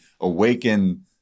awaken